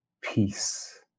peace